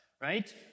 right